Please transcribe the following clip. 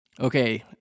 Okay